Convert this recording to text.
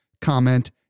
comment